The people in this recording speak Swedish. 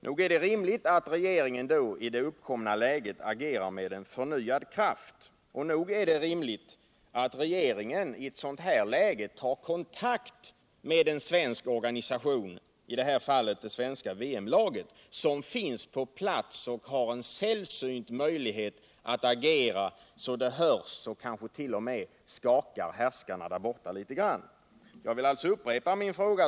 Nog är det rimligt att regeringen i det uppkomna läget agerar med förnyad kraft, och nog är det rimligt att regeringen i ett sådant här läge tar kontakt med cn svensk organisation — i det här fallet det svenska VM-laget — som finns på plats och har en sällsynt möjlighet att agera så att det hörs och kanske t.o.m. skakar härskarna där borta litet grand. Jag vill upprepa mina frågor.